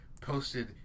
posted